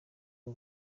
bwo